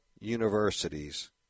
universities